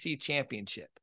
championship